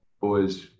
boys